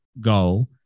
goal